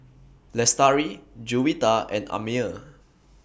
Lestari Juwita and Ammir